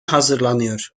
hazırlanıyor